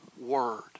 Word